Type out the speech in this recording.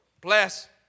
bless